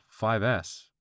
5S